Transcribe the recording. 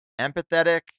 empathetic